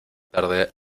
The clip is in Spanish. tarde